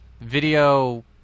Video